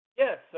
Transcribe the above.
Yes